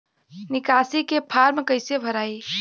निकासी के फार्म कईसे भराई?